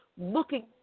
looking